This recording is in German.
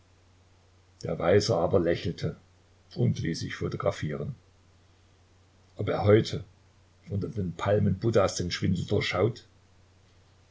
der weise aber lächelte und ließ sich photographieren ob er heute unter den palmen buddhas den schwindel